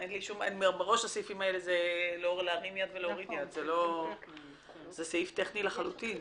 מראש הסעיפים האלה להרים יד ולהוריד יד זה סעיף טכני לחלוטין.